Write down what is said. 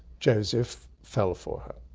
joseph fell for her.